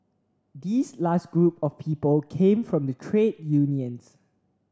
this last group of people came from the trade unions